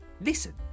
listen